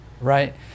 right